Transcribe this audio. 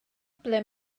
ble